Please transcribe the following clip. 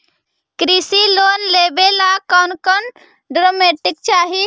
कृषि लोन लेने ला कोन कोन डोकोमेंट चाही?